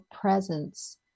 presence